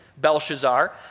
Belshazzar